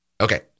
Okay